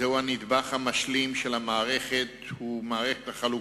זהו הנדבך המשלים של מערכת החלוקה